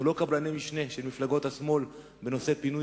אנחנו לא קבלני משנה של מפלגות השמאל בנושא פינוי